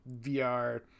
vr